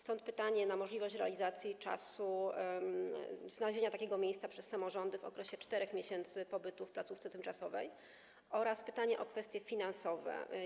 Stąd pytanie o możliwość znalezienia takiego miejsca przez samorządy w okresie 4 miesięcy pobytu w placówce tymczasowej oraz pytanie o kwestie finansowe.